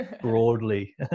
broadly